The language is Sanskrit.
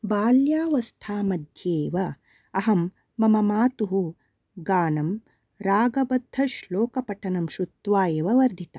बाल्यावस्था मध्ये एव अहं मम मातुः गानं रागबद्धश्लोकपठनं श्रुत्वा एव वर्धिता